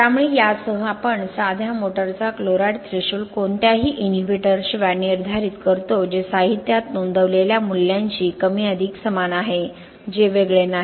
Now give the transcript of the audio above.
त्यामुळे यासह आपण साध्या मोटरचा क्लोराईड थ्रेशोल्ड कोणत्याही इनहिबिटरशिवाय निर्धारित करतो जे साहित्यात नोंदवलेल्या मूल्यांशी कमी अधिक समान आहे जे वेगळे नाही